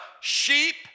sheep